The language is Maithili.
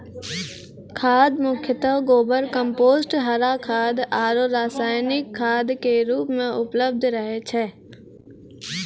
खाद मुख्यतः गोबर, कंपोस्ट, हरा खाद आरो रासायनिक खाद के रूप मॅ उपलब्ध रहै छै